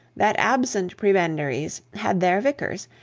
that absent prebendaries had their vicars,